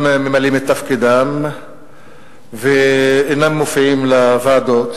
ממלאים את תפקידם ואינם מופיעים בוועדות,